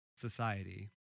society